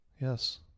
Yes